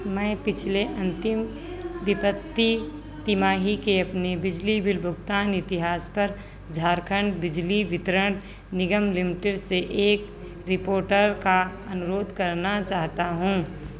मैं पिछले अंतिम विपत्ति तिमाही के अपने बिजली बिल भुगतान इतिहास पर झारखंड बिजली वितरण निगम लिमिटेड से एक रिपोर्ट का अनुरोध करना चाहता हूँ